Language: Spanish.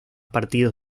partidos